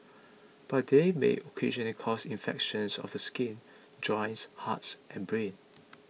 but they may occasionally cause infections of the skin joints hearts and brain